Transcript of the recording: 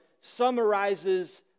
summarizes